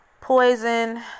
Poison